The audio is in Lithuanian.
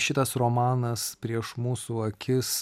šitas romanas prieš mūsų akis